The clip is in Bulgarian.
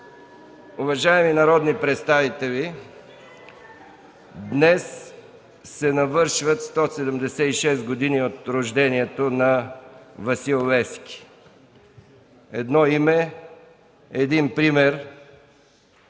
Уважаеми народни представители, днес се навършват 176 години от рождението на Васил Левски – едно име, един пример,